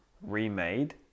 remade